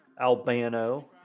Albano